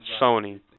Sony